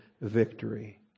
victory